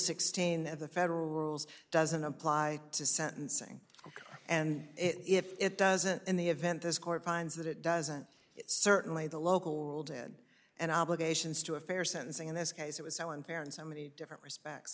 sixteen of the federal rules doesn't apply to sentencing and if it doesn't in the event this court finds that it doesn't certainly the local dead and obligations to a fair sentencing in this case it was so unfair and so many different respects